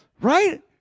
right